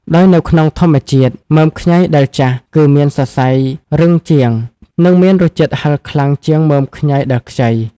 ដោយនៅក្នុងធម្មជាតិ មើមខ្ញីដែលចាស់ គឺមានសរសៃរឹងជាង និងមានរសជាតិហឹរខ្លាំងជាងមើមខ្ញីដែលខ្ចី។